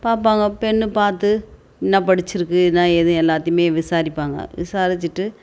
பார்ப்பாங்க பெண் பார்த்து என்ன படித்திருக்கு என்ன ஏது எல்லாத்தையும் விசாரிப்பாங்க விசாரிச்சுட்டு